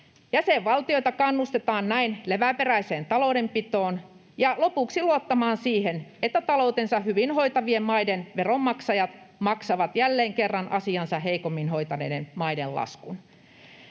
Jäsenvaltioita kannustetaan näin leväperäiseen taloudenpitoon ja lopuksi luottamaan siihen, että taloutensa hyvin hoitavien maiden veronmaksajat maksavat jälleen kerran asiansa heikommin hoitaneiden maiden laskun.